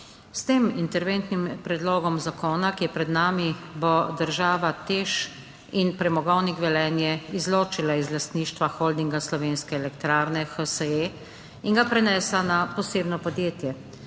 S tem interventnim predlogom zakona, ki je pred nami, bo država TEŠ in Premogovnik Velenje izločila iz lastništva Holdinga Slovenske elektrarne HSE in ga prenesla na posebno podjetje,